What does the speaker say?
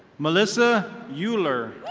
melissa yuler.